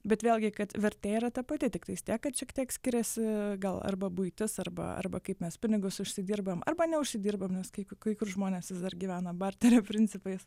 bet vėlgi kad vertė yra ta pati tiktais tiek kad šiek tiek skiriasi gal arba buitis arba arba kaip mes pinigus užsidirbam arba neužsidirbam nes kai kur žmonės vis dar gyvena barterio principais